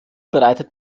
bereitet